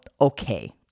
okay